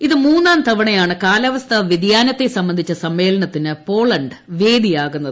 ഇത് മൂന്നാം തവണയാണ് കാലാവസ്ഥ വ്യതിയാനത്തെ സംബന്ധിച്ച സമ്മേളനത്തിന് പോളണ്ട് വേദിയാകുന്നത്